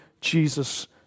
Jesus